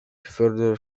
further